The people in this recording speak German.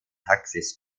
taxis